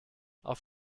auf